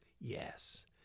yes